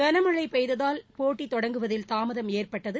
களமழை பெய்ததால் போட்டி தொடங்குவதில் தாமதம் ஏற்பட்டது